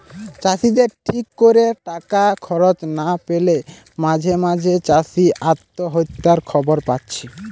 চাষিদের ঠিক কোরে টাকা খরচ না পেলে মাঝে মাঝে চাষি আত্মহত্যার খবর পাচ্ছি